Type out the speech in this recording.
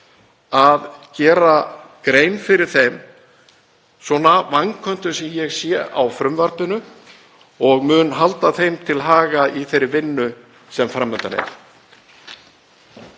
að gera grein fyrir þeim vanköntum sem ég sé á frumvarpinu og mun halda þeim til haga í þeirri vinnu sem fram undan er.